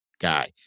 guy